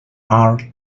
are